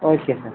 okay sir